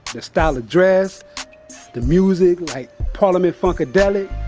the style of dress the music, like parliament-funkadelic.